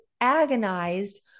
agonized